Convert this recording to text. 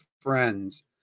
friends